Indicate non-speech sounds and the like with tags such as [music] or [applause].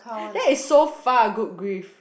[breath] that is so far good grief